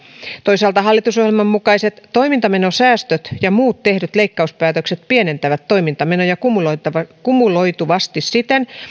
toisaalta hallitusohjelman mukaiset toimintamenosäästöt ja muut tehdyt leikkauspäätökset pienentävät toimintamenoja kumuloituvasti kumuloituvasti siten